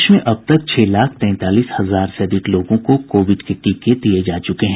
प्रदेश में अब तक छह लाख तैंतालीस हजार से अधिक लोगों को कोविड के टीके दिये जा चुके हैं